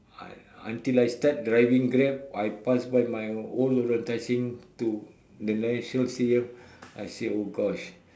I until I start driving Grab I pass by my old lorong tai seng to the national stadium I say oh gosh